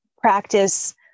practice